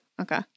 Okay